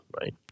right